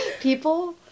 people